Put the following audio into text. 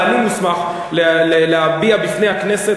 אבל אני מוסמך להביע בפני הכנסת,